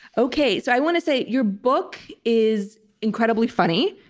okay, so i want to say your book is incredibly funny.